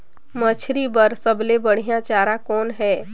मछरी बर सबले बढ़िया चारा कौन हे?